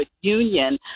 Union